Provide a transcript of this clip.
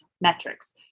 metrics